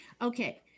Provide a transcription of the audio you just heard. okay